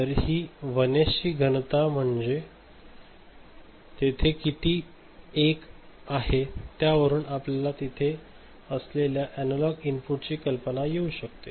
तर ही 1s ची किती घनता आहे म्हणजे तेथे किती 1s त्यावरून आपल्याला तेथे असलेल्या एनालॉग इनपुटची कल्पना येऊ शकते